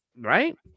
Right